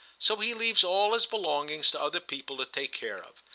so he leaves all his belongings to other people to take care of.